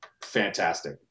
fantastic